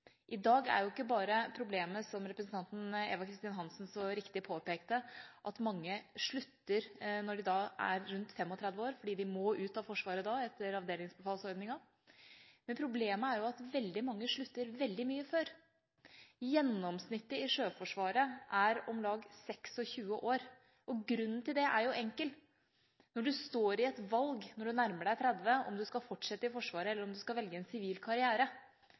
I dag er jo ikke bare problemet, som representanten Eva Kristin Hansen så riktig påpekte, at mange slutter når de er rundt 35 år, fordi de må ut av Forsvaret da etter avdelingsbefalsordningen. Problemet er at veldig mange slutter veldig mye før. Gjennomsnittet i Sjøforsvaret er om lag 26 år, og grunnen til det er enkel: Når du står i et valg når du nærmer deg 30 år, om du skal fortsette i Forsvaret eller om du skal velge en sivil karriere,